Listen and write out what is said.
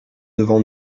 devant